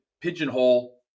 pigeonhole